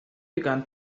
began